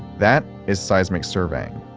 that is seismic surveying.